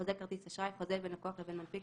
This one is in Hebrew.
""חוזה כרטיס אשראי" חוזה בין לקוח לבין מנפיק,